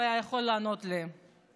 הוא היה יכול לענות לי,